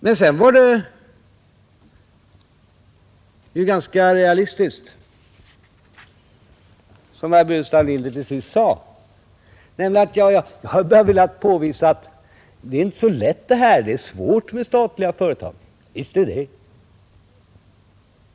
Men sedan var det ju ganska realistiskt som herr Burenstam Linder till sist sade, nämligen att han bara velat påvisa att det är inte så lätt det här — det är svårt med statliga företag. Visst är det det!